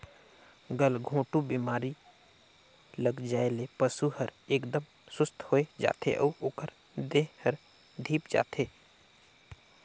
गलघोंटू बेमारी लग जाये ले पसु हर एकदम सुस्त होय जाथे अउ ओकर देह हर धीप जाथे